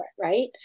right